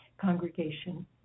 congregation